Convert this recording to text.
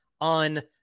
on